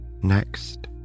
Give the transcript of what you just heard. Next